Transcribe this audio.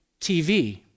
TV